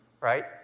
Right